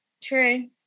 True